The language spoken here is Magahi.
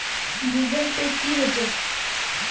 गूगल पै की होचे?